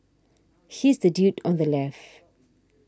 he's the dude on the left